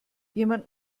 jemand